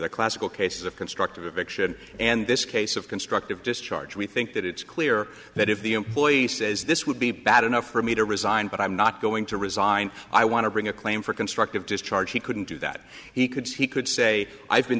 the classical case of constructive eviction and this case of constructive discharge we think that it's clear that if the employee says this would be bad enough for me to resign but i'm not going to resign i want to bring a claim for constructive discharge he couldn't do that he could see he could say i've been